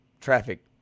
traffic